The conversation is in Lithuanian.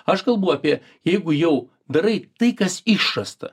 aš kalbu apie jeigu jau darai tai kas išrasta